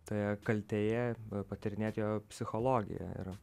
toje kaltėje patyrinėti jo psichologiją ir